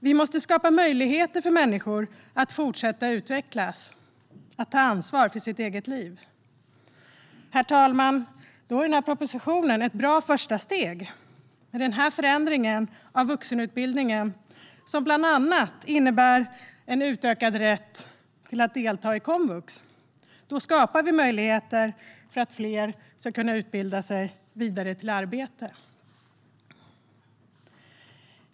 Vi måste skapa möjligheter för människor att fortsätta att utvecklas och ta ansvar för sitt eget liv. Herr talman! Då är propositionen ett bra första steg i och med förändringen av vuxenutbildningen som bland annat innebär en utökad rätt att delta i komvux. Så skapar vi möjligheter för fler att utbilda sig vidare till arbete.